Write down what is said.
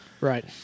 Right